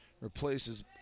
replaces